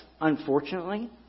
unfortunately